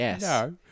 No